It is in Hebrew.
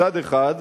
מצד אחד,